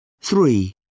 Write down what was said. Three